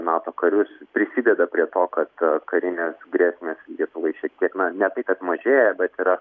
nato karius prisideda prie to kad karinės grėsmės lietuvai šiek tiek na ne tai kad mažėja bet yra